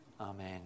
Amen